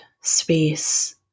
space